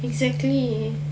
exactly